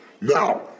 Now